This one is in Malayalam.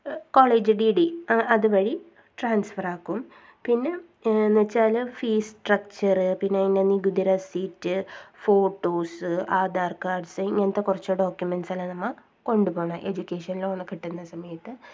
കോളേജ് ഡി ഡി അതു വഴി ട്രാൻസ്ഫാറാക്കും പിന്നെ എന്ന് വെച്ചാൽ ഫീസ് സ്ട്രക്ച്ചറ് പിന്നെ അതിൻ്റെ നികുതി റെസിപ്റ്റ് ഫോട്ടോസ് ആധാർ കാർഡ്സ് ഇങ്ങനത്തെ കുറച്ച് ഡോക്യൂമെൻറ്റ്സെ എല്ലാം നമ്മൾ കൊണ്ടു പോകണം എഡ്യൂക്കേഷൻ ലോണ് കിട്ടുന്ന സമയത്ത്